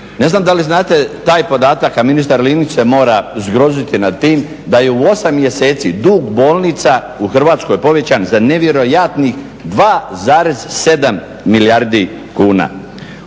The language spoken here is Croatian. Ne znam da li znate taj podatak, a ministar Linić se mora zgroziti nad tim da je u 8 mjeseci dug bolnica u Hrvatskoj povećan za nevjerojatnih 2,7 milijardi kuna.